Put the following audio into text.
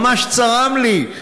ממש צרם לי.